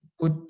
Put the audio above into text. put